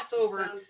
over